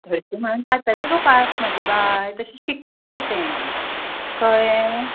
हरशीं म्हणून जातलें गो पास म्हजें बाय तशें शिकता गो तें कळ्ळें